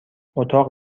اتاق